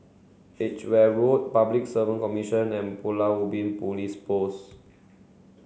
Edgeware Road Public Service Commission and Pulau Ubin Police Post